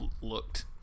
looked